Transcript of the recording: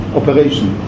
operation